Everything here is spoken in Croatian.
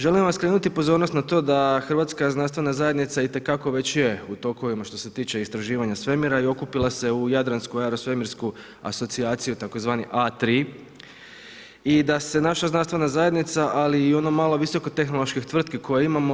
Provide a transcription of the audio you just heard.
Želim vam skrenuti pozornost na to da hrvatska znanstvena zajednica itekako već je u tokovima što se tiče istraživanja svemira i okupila se u jadransku aero-svemirsku asocijaciju tzv. A3 i da se naša znanstvena zajednica ali i ono malo visoko tehnoloških tvrtki koje imamo.